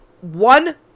one